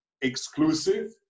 exclusive